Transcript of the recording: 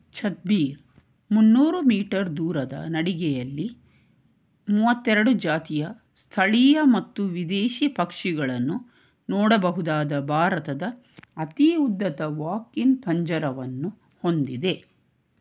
ಛತ್ಬೀರ್ ಮುನ್ನೂರು ಮೀಟರ್ ದೂರದ ನಡಿಗೆಯಲ್ಲಿ ಮೂವತ್ತೆರಡು ಜಾತಿಯ ಸ್ಥಳೀಯ ಮತ್ತು ವಿದೇಶಿ ಪಕ್ಷಿಗಳನ್ನು ನೋಡಬಹುದಾದ ಭಾರತದ ಅತಿ ಉದ್ದದ ವಾಕ್ ಇನ್ ಪಂಜರವನ್ನು ಹೊಂದಿದೆ